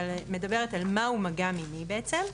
אבל מדברת על מה הוא מגע מיני בעצם,